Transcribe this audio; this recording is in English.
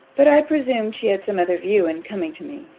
but i presumed she had some other view in coming to me,